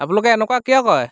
আপোনোলোকে এনেকুৱা কিয় কৰে